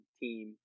team